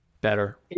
better